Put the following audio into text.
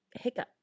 hiccup